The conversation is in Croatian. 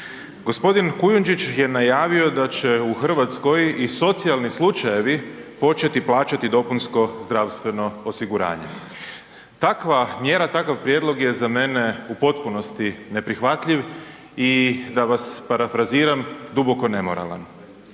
Gospodin Kujundžić je najavio da će u Hrvatskoj i socijalni slučajevi početi plaćati dopunsko zdravstveno osiguranje. Takva mjera, takav prijedlog je za mene u potpunosti neprihvatljiv i da vas parafraziram duboko nemoralan.